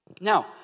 Now